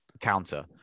counter